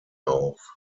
auf